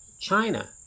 China